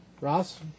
Ross